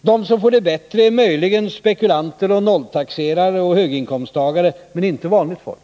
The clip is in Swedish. De som får det bättre är möjligen spekulanter och nolltaxerare och höginkomsttagare, men inte vanligt folk.